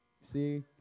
see